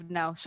now